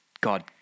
God